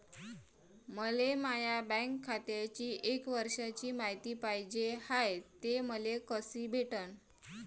मले माया बँक खात्याची एक वर्षाची मायती पाहिजे हाय, ते मले कसी भेटनं?